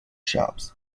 shops